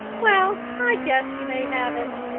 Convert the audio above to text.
well, i guess you may have it.